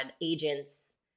agents